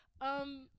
Um-